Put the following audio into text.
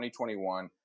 2021